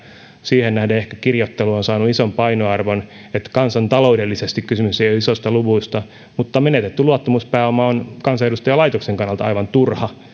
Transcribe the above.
siihen nähden ehkä kirjoittelu on saanut ison painoarvon kansantaloudellisesti kysymys ei ole isoista luvuista mutta menetetty luottamuspääoma on kansanedustajalaitoksen kannalta aivan turha